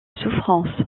souffrance